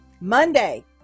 Monday